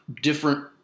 different